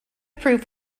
proof